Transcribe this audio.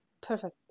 Perfect